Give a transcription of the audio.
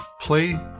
play